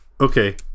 okay